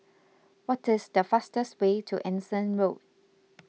what is the fastest way to Anson Road